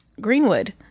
greenwood